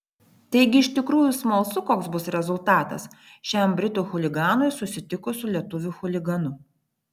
taigi iš tikrųjų smalsu koks bus rezultatas šiam britų chuliganui susitikus su lietuvių chuliganu